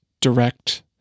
direct